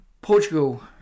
Portugal